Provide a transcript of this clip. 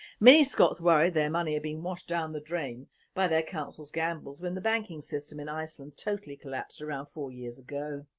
many scots worried their money had been washed down the drawn by their councilsi gambles when the banking system in iceland totally collapsed around four years ago.